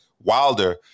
Wilder